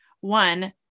one